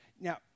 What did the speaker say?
Now